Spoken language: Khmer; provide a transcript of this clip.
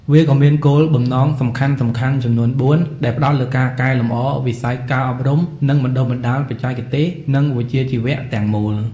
វាក៏មានគោលបំណងសំខាន់ៗចំនួន ៤ ដែលផ្តោតលើការកែលម្អវិស័យការអប់រំ និងបណ្តុះបណ្តាលបច្ចេកទេស និងវិជ្ជាជីវៈទាំងមូល។